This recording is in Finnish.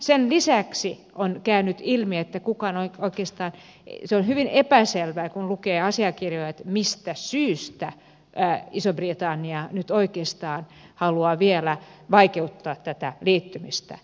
sen lisäksi on käynyt ilmi että se on hyvin epäselvää kun lukee asiakirjoja mistä syystä iso britannia nyt oikeastaan haluaa vielä vaikeuttaa tätä liittymistä